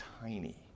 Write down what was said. tiny